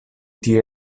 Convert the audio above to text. tie